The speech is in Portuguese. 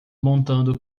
montando